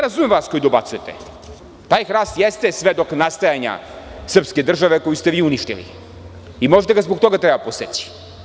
Razumem vas koji dobacujete, taj hrast jeste svedok nastajanja srpske države koju ste vi uništili i možda ga zbog toga treba poseći.